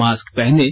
mask पहनें